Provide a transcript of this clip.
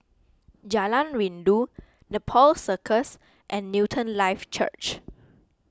Jalan Rindu Nepal Circus and Newton Life Church